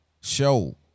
show